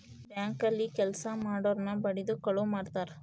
bank ಅಲ್ಲಿ ಕೆಲ್ಸ ಮಾಡೊರ್ನ ಬಡಿದು ಕಳುವ್ ಮಾಡ್ತಾರ